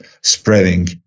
spreading